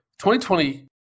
2020